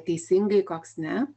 teisingai koks ne